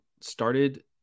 started